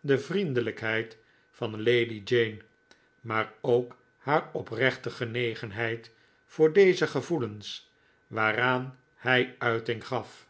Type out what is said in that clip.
de vriendelijkheid van lady jane maar ook haar oprechte genegenheid door deze gevoelens waaraan hij uiting gaf